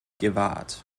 gewahrt